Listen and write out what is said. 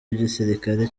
w’igisirikare